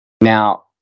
Now